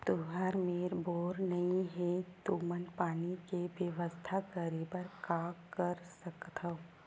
तुहर मेर बोर नइ हे तुमन पानी के बेवस्था करेबर का कर सकथव?